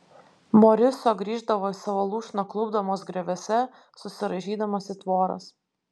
moriso grįždavo į savo lūšną klupdamas grioviuose susiraižydamas į tvoras